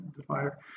divider